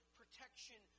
protection